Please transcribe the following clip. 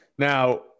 Now